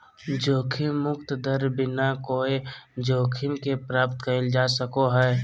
जोखिम मुक्त दर बिना कोय जोखिम के प्राप्त कइल जा सको हइ